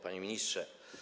Panie Ministrze!